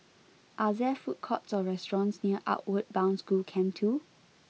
are there food courts or restaurants near Outward Bound School Camp two